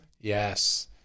Yes